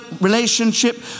relationship